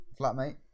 flatmate